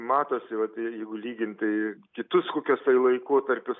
matosi vat jeigu lygint tai kitus kokius tai laikotarpius